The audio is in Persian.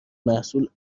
محصول